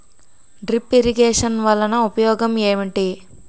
drip irrigation వలన ఉపయోగం ఏంటి